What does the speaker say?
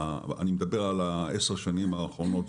אני מדבר על עשר השנים האחרונות,